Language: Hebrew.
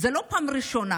זאת לא פעם ראשונה.